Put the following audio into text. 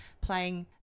playing